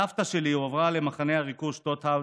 סבתא שלי הועברה למחנה הריכוז שטוטהוף.